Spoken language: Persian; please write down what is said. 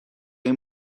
این